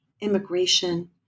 immigration